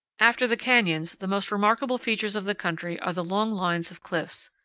after the canyons, the most remarkable features of the country are the long lines of cliffs.